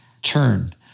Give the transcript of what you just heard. Turn